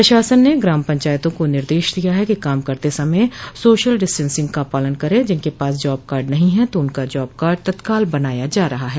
प्रशासन ने ग्राम पंचायतों को निर्देश दिया है कि काम करते समय सोशल डिस्टेंसिंग का पालन करें जिनके पास जॉब कार्ड नहीं हैं तो उनका जॉब कार्ड तत्काल बनाया जा रहा है